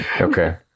Okay